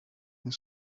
and